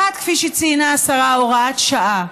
אחת, כפי שציינה השרה, הוראת שעה.